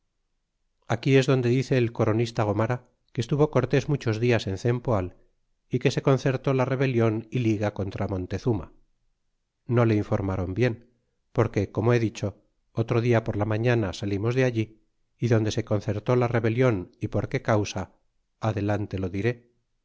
aquí es donde dice el coronista gomara que estuvo cortés muchos das en cempoal é que se concertó la rebelion é liga contra montezuma no le informron bien porque como he dicho otro dia por la mañana salimos de allí y donde se concertó la rebelion y por qué causa adelante lo diré